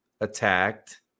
attacked